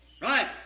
Right